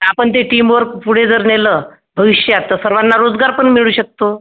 आपण ते टीमवर्क पुढे जर नेलं भविष्यात तर सर्वांना रोजगार पण मिळू शकतो